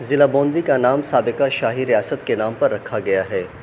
ضلع بوندی کا نام سابقہ شاہی ریاست کے نام پر رکھا گیا ہے